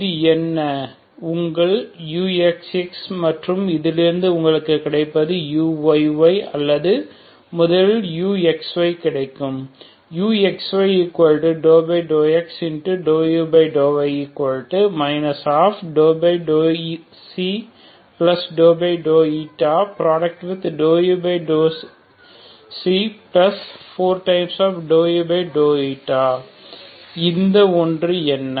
இது என்ன உங்கள் uxx மற்றும் இதிலிருந்து உங்களுக்கு கிடைப்பது uyy அல்லது முதலில் uxy கிடைக்கும் uxy∂x∂u∂y ∂u4∂u இந்த ஒன்று என்ன